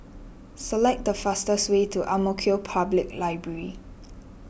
select the fastest way to Ang Mo Kio Public Library